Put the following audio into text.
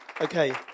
Okay